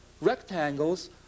rectangles